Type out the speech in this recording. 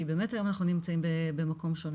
כי באמת אנחנו היום נמצאים במקום שונה.